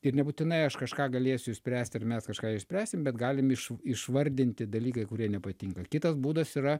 ir nebūtinai aš kažką galėsiu išspręsti ar mes kažką išspręsim bet galim iš išvardinti dalykai kurie nepatinka kitas būdas yra